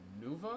Nuva